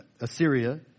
Assyria